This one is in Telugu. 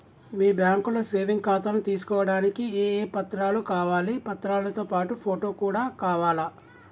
మీ బ్యాంకులో సేవింగ్ ఖాతాను తీసుకోవడానికి ఏ ఏ పత్రాలు కావాలి పత్రాలతో పాటు ఫోటో కూడా కావాలా?